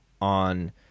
on